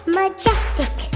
majestic